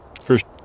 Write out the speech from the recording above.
first